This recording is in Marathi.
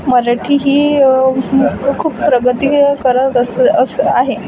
मराठी ही खूप प्रगती करत असं असं आहे